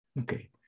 Okay